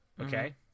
okay